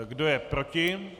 Kdo je proti?